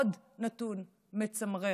עוד נתון מצמרר,